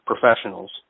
professionals